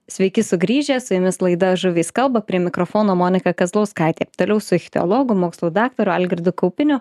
sveiki sugrįžę su jumis laida žuvys kalba prie mikrofono monika kazlauskaitė toliau su ichtiologu mokslų daktaru algirdu kaupiniu